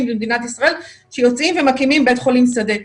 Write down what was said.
במדינת ישראל שיוצאים ומקימים בית חולים שדה.